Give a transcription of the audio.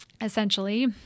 essentially